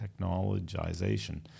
technologization